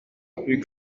plus